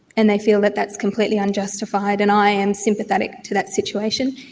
and they feel that that is completely unjustified, and i am sympathetic to that situation.